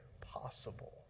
possible